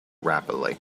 rapidly